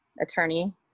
attorney